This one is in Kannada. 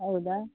ಹೌದಾ